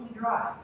dry